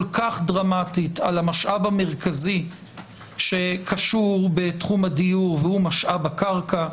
כך דרמטית על המשאב המרכזי שקשור בתחום הדיור משאב הקרקע.